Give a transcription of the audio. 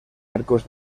arcos